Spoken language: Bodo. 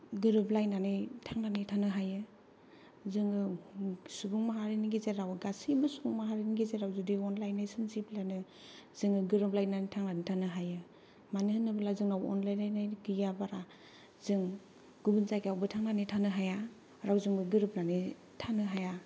गोरोबलायनानै थांनानै थानो हायो जोङो सुबुं माहारिनि गेजेराव गासैबो सुबुं माहारिनि गेजेराव जुदि अनलायनाय सोमजिब्लानो जोङो गोरोबलायनानै थांनानै थानो हायो मानो होनोब्ला जोंनाव अनलायनाय गैया बारा जों गुबुन जायगायावबो थांनानै थानो हाया रावजोंबो गोरोबनानै थानो हाया